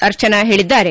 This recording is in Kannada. ಅರ್ಚನಾ ಹೇಳಿದ್ದಾರೆ